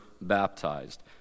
baptized